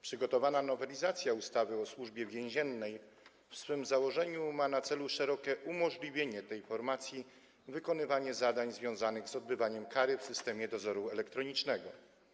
Przygotowana nowelizacja ustawy o Służbie Więziennej w swym założeniu ma na celu szerokie umożliwienie tej formacji wykonywania zadań związanych z odbywaniem kary w systemie dozoru elektronicznego.